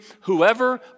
whoever